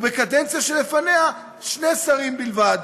ובקדנציה שלפניה שני שרים בלבד.